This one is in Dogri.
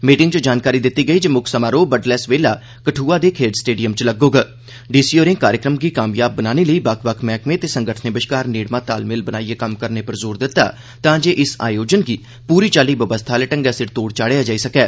मीटिंगां च जानकारी दित्ती गेई जे मुक्ख कार्यक्रम बडलै सबेला कठुआ दे खेड्ढ स्टेडियम च लग्गोग डी सी होरें कार्यक्रम गी कामयाब बनाने लेई बक्ख बक्ख मैह्कमें ते संगठनें गी आपूं च नेड़मा तालमेल बनाइए कम्म करने पर जोर दित्ता तां जे इस आयोजन गी पूरी चाली व्यवस्था आले ढंगै सिर तोड़ चाढ़ेया जाई सकै